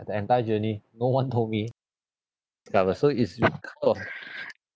the entire journey no one told me that was so it's oh